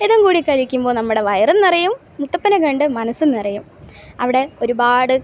ഇതും കൂടി കഴിക്കുമ്പോൾ നമ്മുടെ വയറും നിറയും മുത്തപ്പനെ കണ്ട് മനസ്സും നിറയും അവിടെ ഒരുപാട്